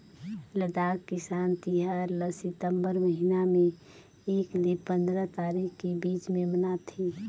लद्दाख किसान तिहार ल सितंबर महिना में एक ले पंदरा तारीख के बीच में मनाथे